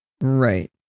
Right